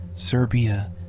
Serbia